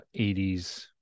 80s